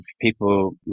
people